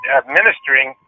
administering